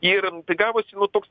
ir gavosi nu toks